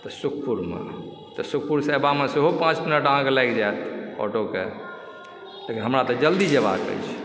तऽ सुखपुरमे तऽ सुखपुरसँ आबयमे सेहो पाँच मिनट अहाँकेँ लागि जायत ऑटोके तऽ हमरा तऽ जल्दी जेबाके अछि